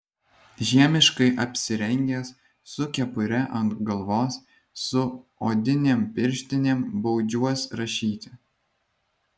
žiemiškai apsirengęs su kepure ant galvos su odinėm pirštinėm baudžiuos rašyti